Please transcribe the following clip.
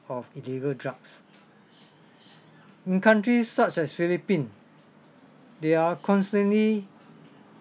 of illegal drugs in countries such as philippine they are constantly